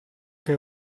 che